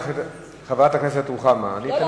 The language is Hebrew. חברת הכנסת רוחמה אברהם-בלילא.